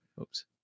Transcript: oops